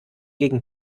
gegen